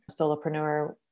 solopreneur